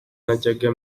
najyaga